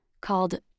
called